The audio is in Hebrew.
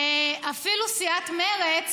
לא היה, אפילו סיעת מרצ